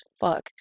fuck